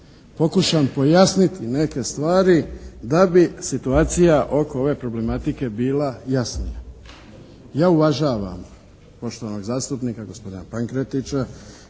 pokušam pojasniti neke stvari da bi situacija oko ove problematike bila jasnija. Ja uvažavam poštovanog zastupnika gospodina Pankretića